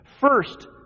First